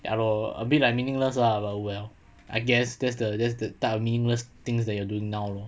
ya lor a bit like meaningless lah but well I guess that's the that's the type of meaningless things that you are doing now lor